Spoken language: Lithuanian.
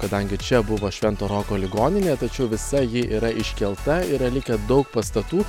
kadangi čia buvo švento roko ligoninė tačiau visa ji yra iškelta yra likę daug pastatų